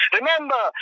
Remember